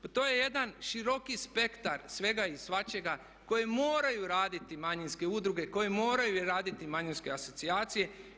Pa to je jedan široki spektar svega i svačega koje moraju raditi manjinske udruge, koje moraju raditi i manjinske asocijacije.